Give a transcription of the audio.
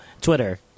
Twitter